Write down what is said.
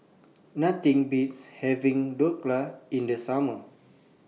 Nothing Beats having Dhokla in The Summer